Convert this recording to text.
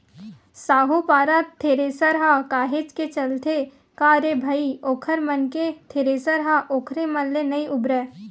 Sahupara thresher ह काहेच के चलथे का रे भई ओखर मन के थेरेसर ह ओखरे मन ले नइ उबरय